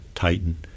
Titan